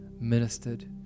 Ministered